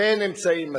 ואין אמצעים מספיק,